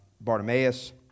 Bartimaeus